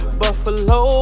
buffalo